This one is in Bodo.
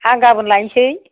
आं गाबोन लाबोनोसै